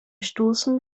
stoßen